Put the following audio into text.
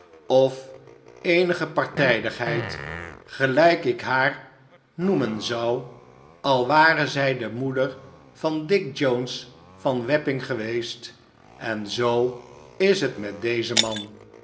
of eenige partijdigheid gelijk ik haar noemen zou al ware zij de moeder van dick jones van w a p p i n g geweest en zoo is het met dezen man